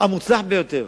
המוצלח ביותר,